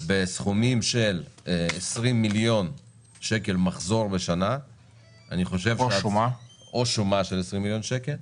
בסכומים של 20 מיליון שקל מחזור בשנה או שומה של 20 מיליון שקל,